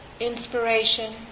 Inspiration